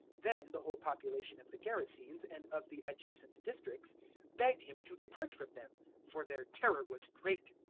then the whole population of the gerasenes and of the adjacent districts begged him to depart from them for their terror was great.